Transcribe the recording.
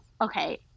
okay